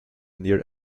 near